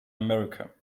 america